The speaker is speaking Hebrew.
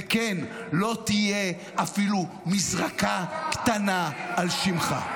וכן, לא תהיה אפילו מזרקה קטנה על שמך.